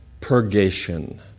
purgation